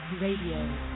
Radio